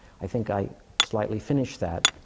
i think i slightly finished that,